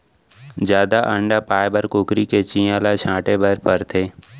जादा अंडा पाए बर कुकरी के चियां ल छांटे बर परथे